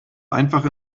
einfach